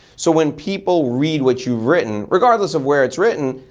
so when people read what you've written, regardless of where it's written,